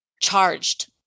charged